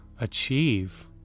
achieve